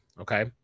okay